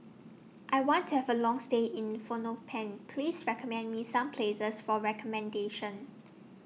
I want to Have A Long stay in Phnom Penh Please recommend Me Some Places For recommendation